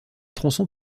tronçons